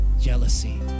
jealousy